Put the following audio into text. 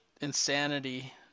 insanity